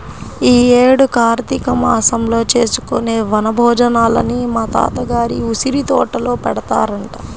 యీ యేడు కార్తీక మాసంలో చేసుకునే వన భోజనాలని మా తాత గారి ఉసిరితోటలో పెడతారంట